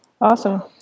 Awesome